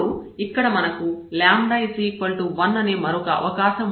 ఇప్పుడు ఇక్కడ మనకు 1 అనే మరొక అవకాశం ఉంది